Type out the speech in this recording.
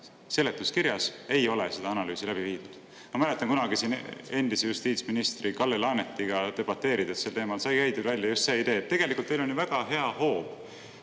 seletuskirjas ei ole seda analüüsi läbi viidud. Ma mäletan, kunagi siin endise justiitsministri Kalle Laanetiga debateerides sel teemal sai käidud välja just see idee. Tegelikult on teil ju väga hea hoob,